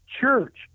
church